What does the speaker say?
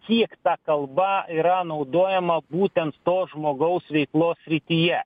kiek ta kalba yra naudojama būtent to žmogaus veiklos srityje